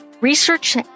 Research